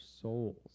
souls